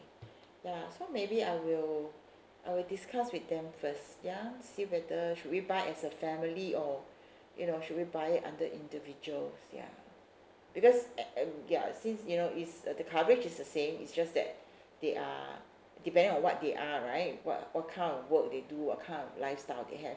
ya so maybe I will I will discuss with them first ya see whether should we buy as a family or you know should we buy it under individuals ya because at at ya since you know is the coverage is the same is just that they are depending on what they are right what what kind of work they do what kind of lifestyle they have